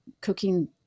cooking